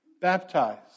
baptized